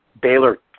Baylor